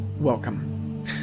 welcome